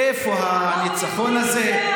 איפה הניצחון הזה?